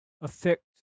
affect